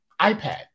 iPad